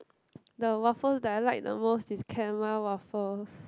the waffles that I like the most is caramel waffles